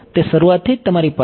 તે શરૂઆતથી જ તમારી પાસે છે